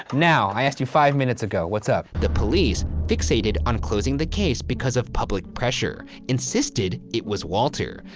now. i asked you five minutes ago, what's up? the police fixated on closing the case because of public pressure, insisted it was walter.